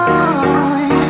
on